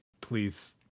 please